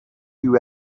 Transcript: you